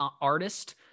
artist